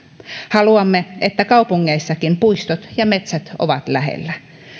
haluamme että kaupungeissakin puistot ja metsät ovat lähellä